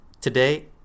today